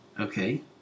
Okay